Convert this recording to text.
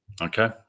Okay